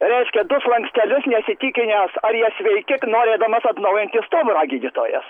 reiškia du slankstelius neįsitikinęs ar jie sveiki norėdamas atnaujinti stuburą gydytojas